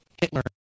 Hitler